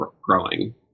growing